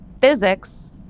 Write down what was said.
physics